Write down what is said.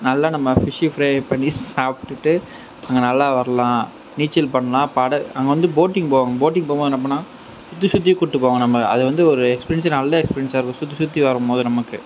நல்லா நம்ம fish fry பண்ணி சாப்பிட்டுட்டு நம்ம நல்லா வரலான் நீச்சல் பண்ணலான் பட அங்கே வந்து போட்டிங் போவாங்க போட்டிங் போகும்போது என்ன பண்ணுவாங்கனா சுற்றி சுற்றி கூப்பிட்டு போவாங்க நம்மளை அது வந்து ஒரு எக்ஸ்பீரியன்ஸாக நல்ல எக்ஸ்பீரியன்ஸாக இருக்கும் சுற்றி சுற்றி வரும்போது நமக்கு